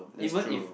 that's true